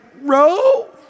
row